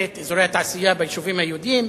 תראה את אזורי התעשייה ביישובים היהודיים,